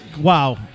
wow